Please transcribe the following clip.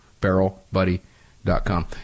Barrelbuddy.com